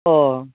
ও